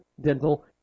dental